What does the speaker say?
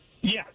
Yes